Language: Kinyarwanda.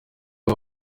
abo